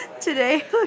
Today